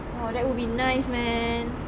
oh that would be nice man